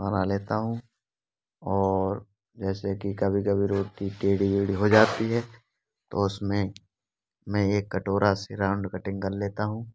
बना लेता हूँ और जैसे कि कभी कभी रोटी टेड़ी बेड़ी हो जाती है तो उसमें मैं एक कटोरे से राउंड कटिंग कर लेता हूँ